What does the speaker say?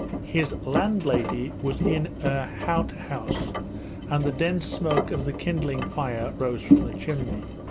his landlady was in her outhouse, and the dense smoke of the kindling fire rose from the chimney.